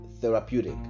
therapeutic